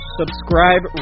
subscribe